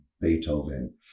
Beethoven